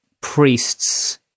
priests